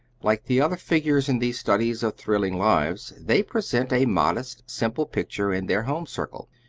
like the other figures in these studies of thrilling lives, they presented a modest, simple picture in their home circle.